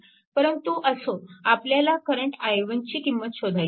परंतु असो आपल्याला करंट i1 ची किंमत शोधायची आहे